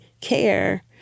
care